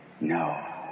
No